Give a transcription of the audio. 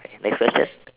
next question